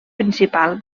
principal